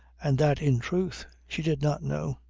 and that, in truth, she did not know!